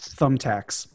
Thumbtacks